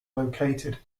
located